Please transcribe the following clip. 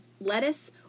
lettuce